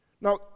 Now